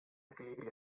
equilibri